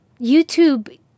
YouTube